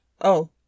Oh